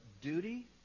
duty